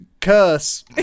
curse